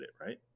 right